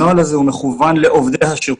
הנוהל הזה מכוון לעובדי השירות,